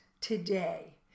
today